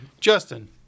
Justin